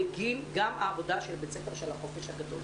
בגין העבודה של בית ספר של החופש הגדול.